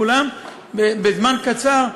כולם בזמן קצר,